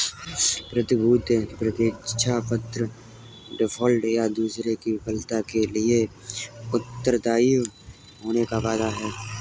प्रतिभूति प्रतिज्ञापत्र डिफ़ॉल्ट, या दूसरे की विफलता के लिए उत्तरदायी होने का वादा है